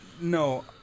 No